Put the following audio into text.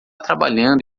trabalhando